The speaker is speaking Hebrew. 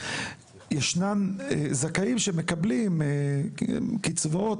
ישנם זכאים שמקבלים קצבאות,